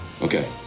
okay